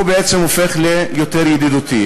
הוא בעצם הופך ליותר ידידותי